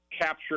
capture